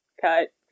cut